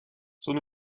son